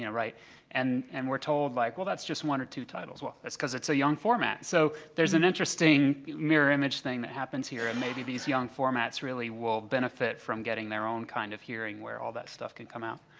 yeah right and and we're told like, well, that's just one or two titles. well, it's because it's a young format. so, there's an interesting mirror image thing that happens here and maybe these young formats really will benefit from getting their own kind of hearing where all of that stuff can come out.